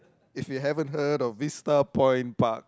if you haven't heard of Vista Point park